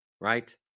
right